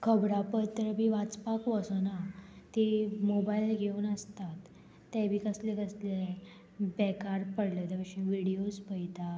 खबरांपत्र बी वाचपाक वचना तीं मोबायल घेवन आसतात ते बी कसले कसले बेकार पडलेले भशेन व्हिडियोज पयतात